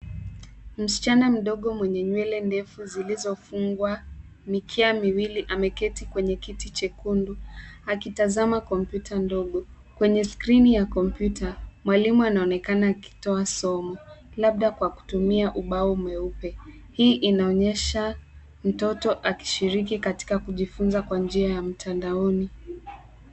Msichana mdogo mwenye nywele ndefu zilizofungwa mikia miwili ameketi kwenye kiti chekundu akitazama kompyuta ndogo. Kwenye skrini ya kompyuta mwalimu anaonekana akitoa somo, labda kwa kutumia ubao mweupe. Hii inaonyesha mtoto akishiriki katika kujifunza kwa njia ya mtandaoni.